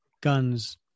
guns